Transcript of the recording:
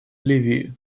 ливии